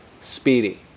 speedy